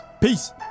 Peace